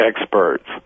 experts